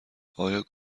آیا